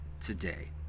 today